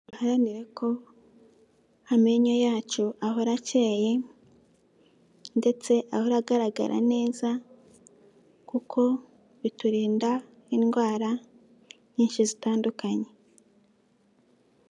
Duharanire ko amenyo yacu ahora acyeye ndetse ahora agaragara neza kuko biturinda indwara nyinshi zitandukanye.